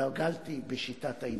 דגלתי בשיטת ההידברות,